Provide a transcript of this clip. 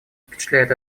впечатляет